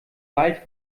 wald